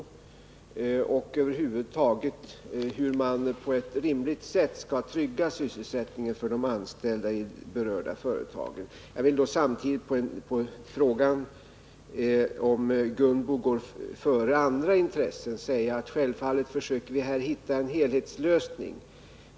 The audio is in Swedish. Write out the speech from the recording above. Överläggningarna gäller över huvud taget frågan om på vilket sätt man skall trygga sysselsättningen för de anställda i de berörda företagen. Jag vill samtidigt på Lennart Bladhs fråga om Gunbo går före andra intressen svara att vi självfallet försöker hitta en helhetslösning.